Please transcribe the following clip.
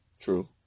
True